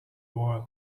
bowl